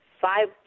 five